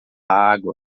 água